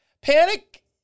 Panic